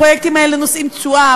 הפרויקטים האלה נושאים תשואה,